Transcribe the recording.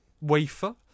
wafer